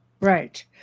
right